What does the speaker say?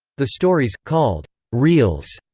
the stories, called reels,